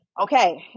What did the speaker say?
Okay